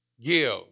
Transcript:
give